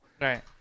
right